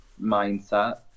mindset